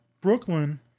Brooklyn